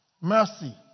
mercy